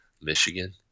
Michigan